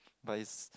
but is